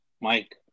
Mike